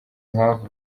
impamvu